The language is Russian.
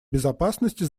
безопасности